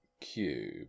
cube